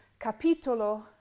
capitolo